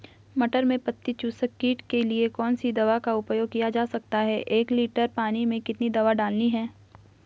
मटर में पत्ती चूसक कीट के लिए कौन सी दवा का उपयोग किया जा सकता है एक लीटर पानी में कितनी दवा डालनी है?